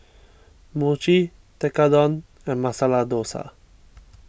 Mochi Tekkadon and Masala Dosa